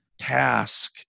task